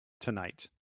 tonight